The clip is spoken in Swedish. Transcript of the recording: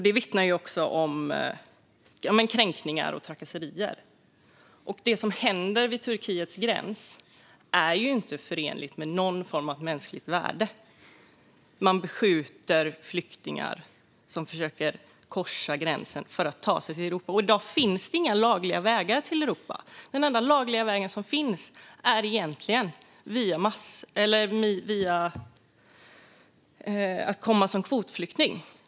Det vittnar om kränkningar och trakasserier. Det som händer vid Turkiets gräns är inte förenligt med någon form av mänskligt värde. Man beskjuter flyktingar som försöker korsa gränsen för att ta sig till Europa. I dag finns det inga lagliga vägar till Europa. Den enda lagliga vägen som finns är att komma som kvotflykting.